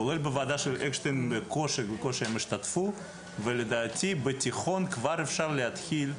כולל בוועדה של אקשטיין בקושי הם השתתפו ולדעתי בתיכון כבר אפשר להתחיל,